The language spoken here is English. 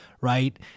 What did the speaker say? Right